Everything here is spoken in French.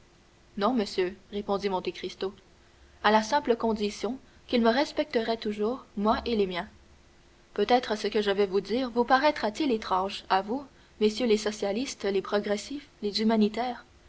non monsieur répondit monte cristo à la simple condition qu'ils me respecteraient toujours moi et les miens peut-être ce que je vais vous dire vous paraîtra-t-il étrange à vous messieurs les socialistes les progressifs les humanitaires